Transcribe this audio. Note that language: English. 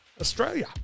Australia